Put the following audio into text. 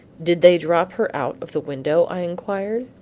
did they drop her out of the window? i inquired.